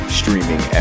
streaming